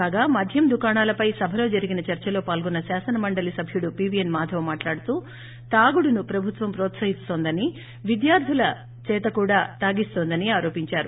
కాగా మద్యం దుకాణాలపై సభలో జరిగిన చర్చలో పాల్గొన్న శాసన మండలి సభ్యుడు పీవీఎన్ మాధవ్ మాట్లాడుతూ తాగుడును ప్రభుత్వం ప్రొత్సహిస్తోందని విద్యార్దుల చేతకూడా తాగిస్తోందని ఆరోపించారు